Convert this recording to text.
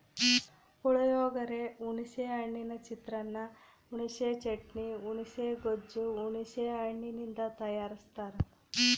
ಪುಳಿಯೋಗರೆ, ಹುಣಿಸೆ ಹಣ್ಣಿನ ಚಿತ್ರಾನ್ನ, ಹುಣಿಸೆ ಚಟ್ನಿ, ಹುಣುಸೆ ಗೊಜ್ಜು ಹುಣಸೆ ಹಣ್ಣಿನಿಂದ ತಯಾರಸ್ತಾರ